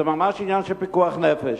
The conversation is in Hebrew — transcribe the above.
זה ממש עניין של פיקוח נפש.